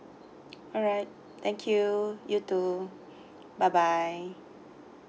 alright thank you you too bye bye